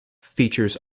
features